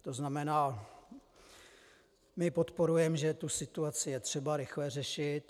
To znamená, my podporujeme, že tu situaci je třeba rychle řešit.